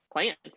Plants